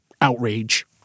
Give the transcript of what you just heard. outrage